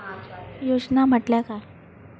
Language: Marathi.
योजना म्हटल्या काय?